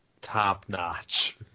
top-notch